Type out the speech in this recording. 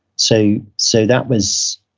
so so that was,